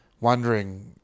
wondering